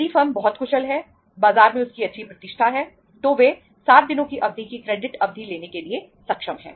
यदि फर्म बहुत कुशल है बाजार में उनकी अच्छी प्रतिष्ठा है तो वे 60 दिनों की अवधि की क्रेडिट अवधि लेने के लिए सक्षम है